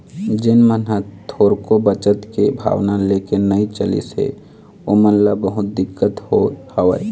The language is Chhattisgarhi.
जेन मन ह थोरको बचत के भावना लेके नइ चलिस हे ओमन ल बहुत दिक्कत होय हवय